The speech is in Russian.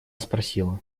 спросила